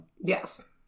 Yes